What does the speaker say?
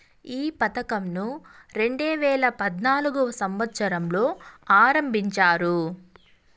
ఈ పథకంను రెండేవేల పద్నాలుగవ సంవచ్చరంలో ఆరంభించారు